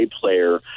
player